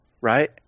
right